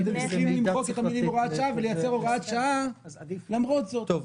ואתם צריכים למחוק את המילים "הוראת שעה" ולייצר הוראת שעה למרות זאת.